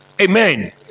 amen